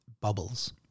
bubbles